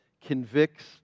convicts